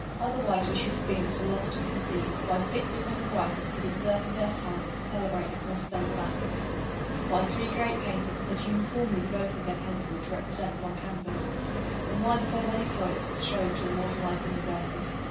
otherwise we should have been at a to conceive, why six or seven writers had exerted their talents to celebrate the courtezans of athens why three great painters had uniformly devoted their pencils to represent them on canvass and why so many poets had strove to immortalize them in verses.